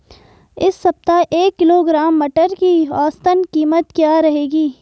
इस सप्ताह एक किलोग्राम मटर की औसतन कीमत क्या रहेगी?